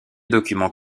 document